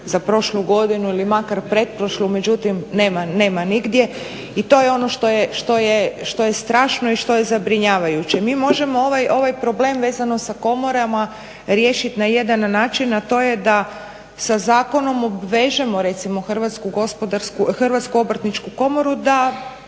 za prošlu godinu ili makar pretprošlu. Međutim, nema nigdje i to je ono što je strašno i što je zabrinjavajuće. Mi možemo ovaj problem vezano sa komorama riješiti na jedan način, a to je da sa zakonom obvežemo recimo Hrvatsku obrtničku komoru da